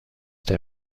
der